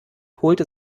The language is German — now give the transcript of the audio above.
holte